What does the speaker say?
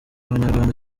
abanyarwanda